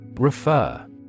Refer